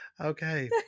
okay